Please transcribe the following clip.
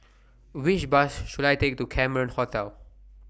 Which Bus should I Take to Cameron Hotel